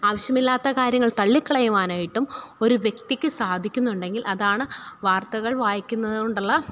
ആവശ്യമില്ലാത്ത കാര്യങ്ങൾ തള്ളിക്കളയുവാനായിട്ടും ഒരു വ്യക്തിക്ക് സാധിക്കുന്നുണ്ടെങ്കിൽ അതാണ് വാർത്തകൾ വായിക്കുന്നതുകൊണ്ടുള്ള